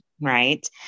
right